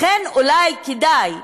לכן אולי כדאי,